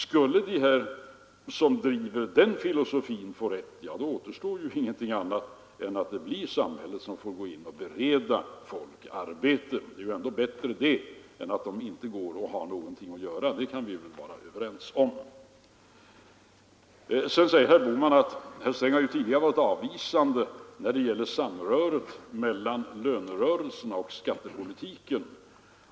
Skulle de som driver den filosofin få rätt, då återstår ingenting annat än att det blir samhället som får bereda folk arbete. Det är ju ändå bättre än att människor inte har någonting att göra — det kan vi väl vara överens om. Sedan säger herr Bohman att herr Sträng tidigare varit avvisande när det gällt samröret mellan lönerörelserna och skattepolitiken.